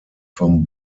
vom